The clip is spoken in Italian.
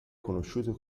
conosciuto